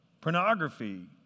Pornography